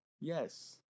Yes